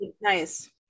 nice